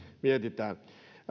mietitään